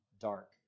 dark